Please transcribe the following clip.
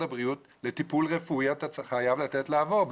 הבריאות אתה חייב לתת לעבור אם צריך טיפול רפואי,